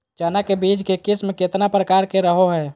चना के बीज के किस्म कितना प्रकार के रहो हय?